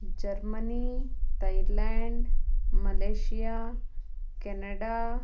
Germany Thailand Malaysia Canada